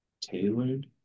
tailored